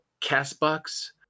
Castbox